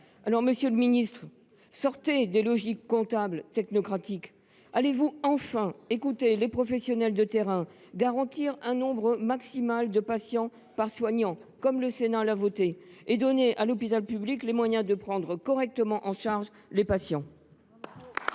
Monsieur le ministre, il faut sortir des logiques comptables technocratiques ! Allez vous enfin écouter les professionnels de terrain, garantir un nombre maximal de patients par soignant, comme le Sénat l’a voté, et donner à l’hôpital public les moyens de prendre correctement en charge les patients ?